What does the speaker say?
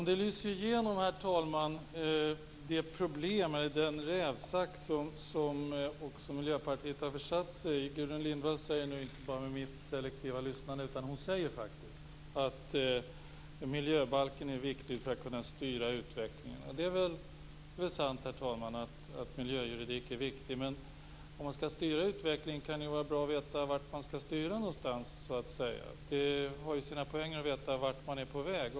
Herr talman! Det problem, den rävsax, som Miljöpartiet har försatt sig i lyser igenom. Gudrun Lindvall säger nu - och inte bara med mitt selektiva lyssnande, utan hon säger det faktiskt - att miljöbalken är viktig för att man skall kunna styra utvecklingen. Det är väl sant, herr talman, att miljöjuridiken är viktig. Men om man skall styra utvecklingen kan det ju vara bra att veta vart man skall styra, så att säga. Det har sina poänger att veta vart man är på väg.